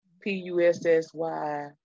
P-U-S-S-Y